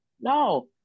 No